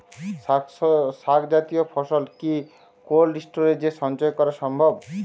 শাক জাতীয় ফসল কি কোল্ড স্টোরেজে সঞ্চয় করা সম্ভব?